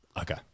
okay